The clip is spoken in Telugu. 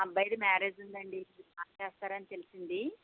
మా అబ్బాయిది మ్యారేజి ఉందండి మీరు బాగా చేస్తారని తెలిసింది